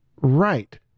right